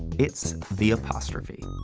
it's the apostrophe.